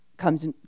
comes